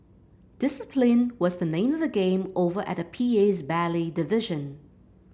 discipline was the name of the game over at the P A's ballet division